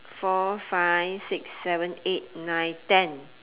four five six seven eight nine ten